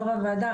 יו"ר הוועדה,